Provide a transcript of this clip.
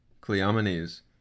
Cleomenes